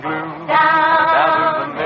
Down